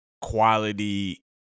quality